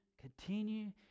Continue